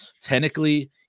technically